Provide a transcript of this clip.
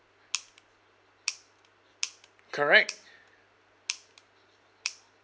correct